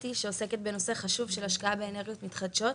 שעוסקת בנושא החשוב של השקעה באנרגיות מתחדשות.